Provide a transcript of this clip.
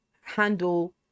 handle